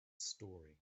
story